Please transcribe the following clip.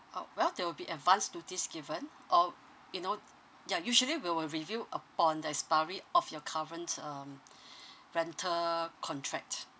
uh well there will be advance notice given or you know ya usually we will review upon the expiry of your current um rental contract